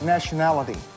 Nationality